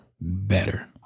better